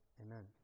Amen